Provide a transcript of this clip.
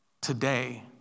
today